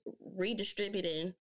redistributing